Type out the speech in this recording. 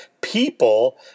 people